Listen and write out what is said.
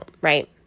right